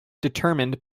determined